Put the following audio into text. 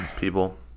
people